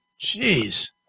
Jeez